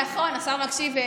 נכון, השר מקשיב.